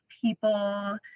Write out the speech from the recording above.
people